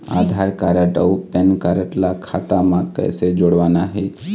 आधार card अऊ PAN card ला खाता म कइसे जोड़वाना हे?